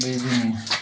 बे जोंनि